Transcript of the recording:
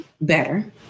better